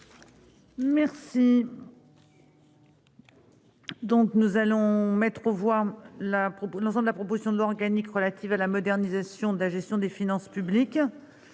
du Gouvernement, l'ensemble de la proposition de loi organique relative à la modernisation de la gestion des finances publiques.